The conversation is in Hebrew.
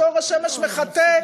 שאור השמש מחטא,